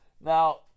Now